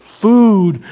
food